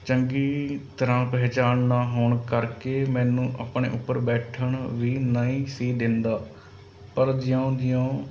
ਚੰਗੀ ਤਰ੍ਹਾਂ ਪਹਿਚਾਣ ਨਾ ਹੋਣ ਕਰਕੇ ਮੈਨੂੰ ਆਪਣੇ ਉੱਪਰ ਬੈਠਣ ਵੀ ਨਹੀਂ ਸੀ ਦਿੰਦਾ ਪਰ ਜਿਉਂ ਜਿਉਂ